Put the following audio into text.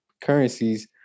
currencies